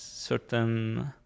certain